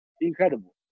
incredible